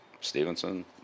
Stevenson